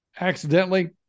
accidentally